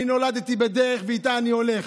אני נולדתי בדרך ואיתה אני הולך.